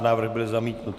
Návrh byl zamítnut.